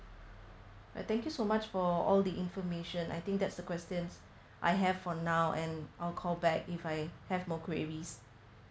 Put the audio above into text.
uh thank you so much for all the information I think that's the questions I have for now and I'll call back if I have more queries